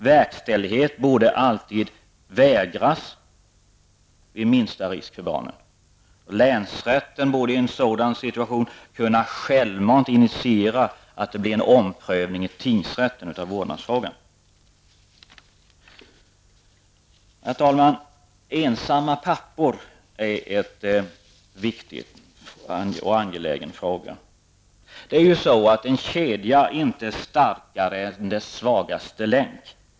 Verkställighet bör alltid vägras vid minsta risk för barnen, och länsrätten bör i en sådan situation självmant kunna initiera en omprövning av vårdnadsfrågan i tingsrätten. Herr talman! Ensamma pappor är en viktig och angelägen fråga. En kedja är ju inte starkare än sin svagaste länk.